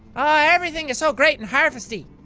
aw! everything is so great and harfesty!